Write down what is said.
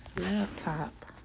laptop